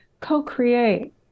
co-create